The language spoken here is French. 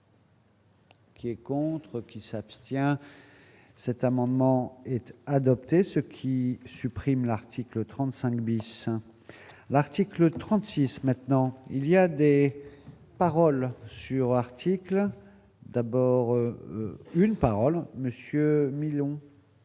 Qui et contre qui s'abstient. Cet amendement était adopté, ce qui supprime l'article 35 bis, l'article 36, maintenant il y a des paroles sur l'article d'abord une parole monsieur